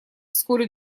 вскоре